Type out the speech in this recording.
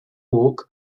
walk